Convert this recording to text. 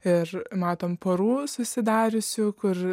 ir matom porų susidariusių kur